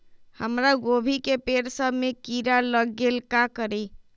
हमरा गोभी के पेड़ सब में किरा लग गेल का करी?